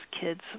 kids